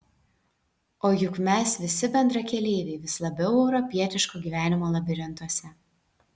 o juk mes visi bendrakeleiviai vis labiau europietiško gyvenimo labirintuose